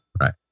right